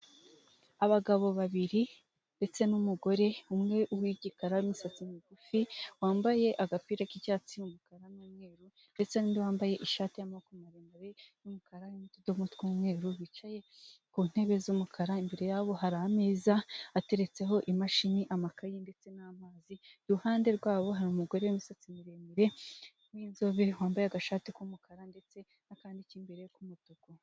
Abagabo babiri ndetse n'umugore umwe w'igikara w'imisatsi migufi wambaye agapira k'icyatsi umukara n'umweru ndetse n'undi wambaye ishati y'amako maremare y'umukara n'utudomo tw'umweru bicaye ku ntebe z'umukara, imbere yabo hari ameza ateretseho imashini, amakaye, ndetse n'amazi, iruhande rwabo hari umugore w'imisatsi miremire n'inzobe wambaye agashati k'umukara ndetse n'akandi k'imbere k'umutuku.